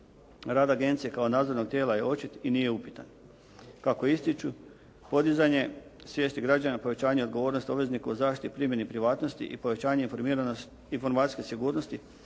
Rad agencije kao nadzornog tijela je očit i nije upitan. Kako ističu, podizanje svijesti građana, povećanje odgovornosti obveznika o zaštiti i primjeni privatnosti i povećanje informacijske sigurnosti,